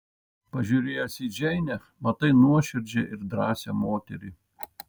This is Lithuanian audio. pažiūrėjęs į džeinę matai nuoširdžią ir drąsią moterį